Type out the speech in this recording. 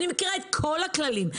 אני מכירה את כל הכללים.